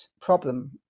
problem